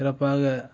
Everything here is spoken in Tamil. சிறப்பாக